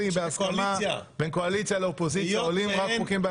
בהסכמה בין קואליציה לאופוזיציה- -- היות שאין